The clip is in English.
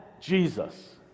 Jesus